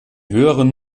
höheren